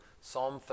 Psalm